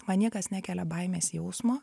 man niekas nekelia baimės jausmo